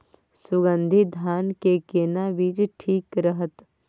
सुगन्धित धान के केना बीज ठीक रहत?